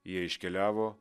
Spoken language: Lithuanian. jie iškeliavo